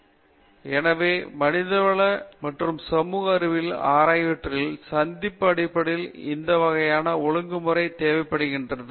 பேராசிரியர் ராஜேஷ் குமார் எனவே மனிதவளம் மற்றும் சமூக அறிவியல் ஆகியவற்றில் சந்திப்பு அடிப்படையில் இந்த வகையான ஒழுங்குமுறை தேவைப்படுகிறது